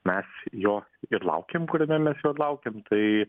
mes jo ir laukėm kuriame mes jo laukėm tai